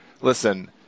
listen